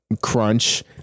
crunch